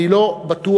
אני לא בטוח,